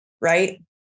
right